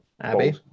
Abby